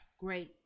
great